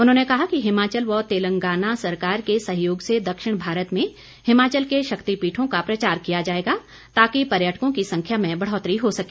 उन्होंने कहा कि हिमाचल व तेलंगाना सरकार के सहयोग से दक्षिण भारत में हिमाचल के शक्तिपीठों का प्रचार किया जाएगा ताकि पर्यटकों की संख्या में बढ़ोतरी हो सके